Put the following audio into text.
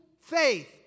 faith